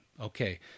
Okay